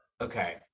Okay